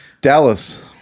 Dallas